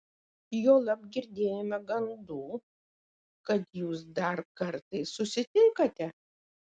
juolab girdėjome gandų kad jūs dar kartais susitinkate